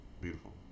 beautiful